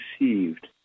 received